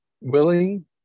willing